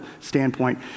standpoint